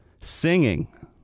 singing